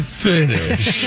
finish